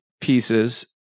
pieces